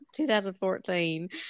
2014